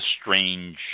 strange